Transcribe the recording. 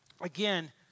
Again